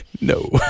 No